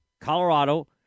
Colorado